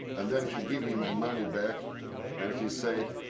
and then he give me my money back and he said,